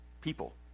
people